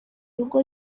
urugo